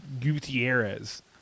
Gutierrez